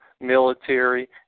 military